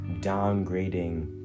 downgrading